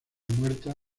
muerta